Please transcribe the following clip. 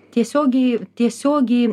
tiesiogiai tiesiogiai